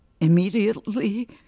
immediately